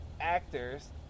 actors